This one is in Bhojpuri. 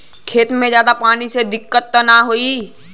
खेत में ज्यादा पानी से दिक्कत त नाही होई?